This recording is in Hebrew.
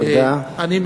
תודה.